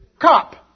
cop